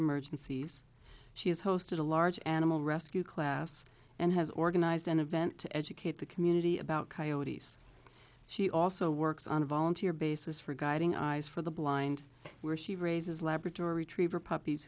emergencies she has hosted a large animal rescue class and has organized an event to educate the community about coyotes she also works on a volunteer basis for guiding eyes for the blind where she raises labrador retriever puppies